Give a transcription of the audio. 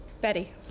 Betty